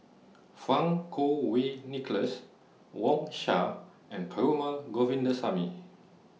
Fang Kuo Wei Nicholas Wang Sha and Perumal Govindaswamy